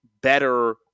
better